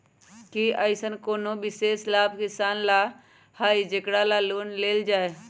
कि अईसन कोनो विशेष लाभ किसान ला हई जेकरा ला लोन लेल जाए?